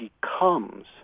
becomes